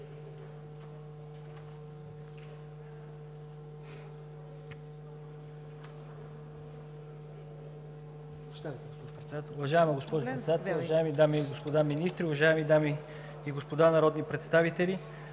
Уважаема госпожо Председател, уважаеми дами и господа министри, уважаеми дами и господа народни представители!